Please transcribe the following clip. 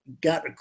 got